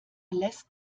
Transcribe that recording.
lässt